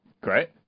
Great